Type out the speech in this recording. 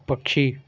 पक्षी